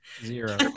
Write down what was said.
Zero